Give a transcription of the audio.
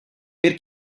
per